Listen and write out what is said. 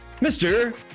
Mr